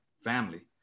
family